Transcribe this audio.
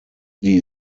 die